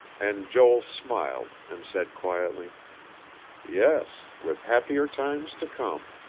and joel smiled, and said quietly yes with happier times to come.